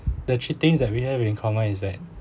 the three things that we have in common is that